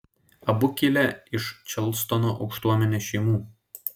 abu kilę iš čarlstono aukštuomenės šeimų